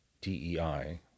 DEI